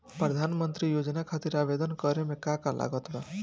प्रधानमंत्री योजना खातिर आवेदन करे मे का का लागत बा?